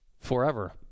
forever